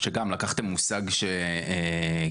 שגם לקחתם מושג של קרן,